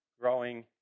growing